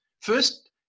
first